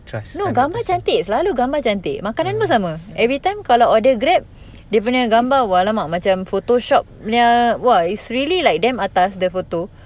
no gambar cantik selalu gambar cantik makanan pun sama every time kalau order grab dia punya gambar !alamak! macam photoshopnya !wah! it's really like damn atas the photo